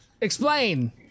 Explain